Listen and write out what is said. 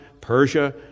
Persia